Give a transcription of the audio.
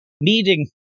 meeting